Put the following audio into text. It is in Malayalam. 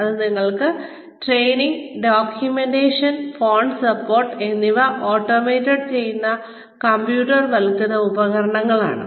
അത് ട്രെയിനിങ് ഡോക്യുമെന്റേഷൻ ഫോൺ സപ്പോർട്ട് എന്നിവ ഓട്ടോമേറ്റ് ചെയ്യുന്ന കമ്പ്യൂട്ടർവത്കൃത ഉപകരണങ്ങളാണ്